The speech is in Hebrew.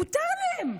מותר להם.